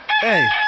Hey